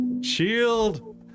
shield